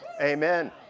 Amen